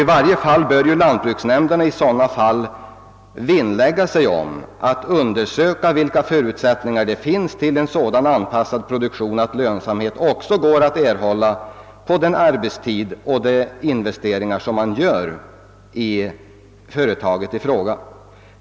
I varje fall bör lantbruksnämnderna i sådana fall undersöka vilka förutsättningar som finns för en sådan produktion, att lönsamhet går att erhålla med den arbetstid och de investeringar som blir erforderliga.